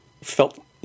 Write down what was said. felt